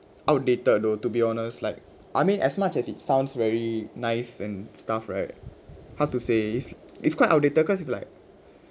outdated though to be honest like I mean as much as it sounds very nice and stuff right how to say it's quite outdated cause it's like